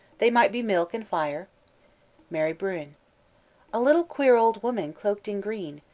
they might be milk and fire maire bruin a little queer old woman cloaked in green,